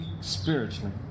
spiritually